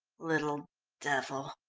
little devil,